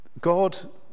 God